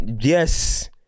Yes